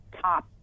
top